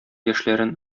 яшьләрен